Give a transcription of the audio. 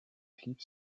clip